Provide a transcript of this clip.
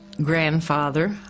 grandfather